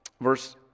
Verse